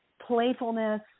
playfulness